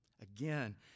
Again